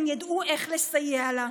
הם ידעו איך לסייע לה.